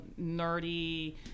nerdy